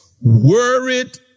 worried